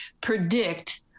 predict